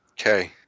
Okay